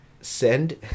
send